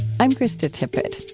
i'm krista tippett.